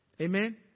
Amen